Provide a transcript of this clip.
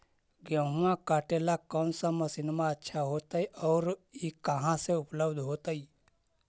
गेहुआ काटेला कौन मशीनमा अच्छा होतई और ई कहा से उपल्ब्ध होतई?